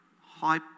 high